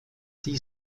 die